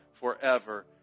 forever